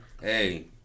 Hey